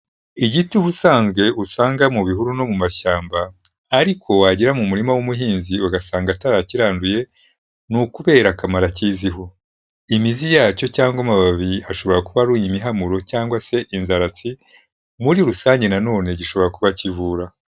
Igiti ubusanzwe usanga mu bihuru no mu mashyamba, ariko wagera mu murima w'umuhinzi ugasanga atarakiranduye, ni ukubera akamaro akiziho, imizi yacyo cyangwa amababi hashobora kuba ari imihamuro cyangwa se inzaratsi, muri rusange na none gishobora kuba kivura.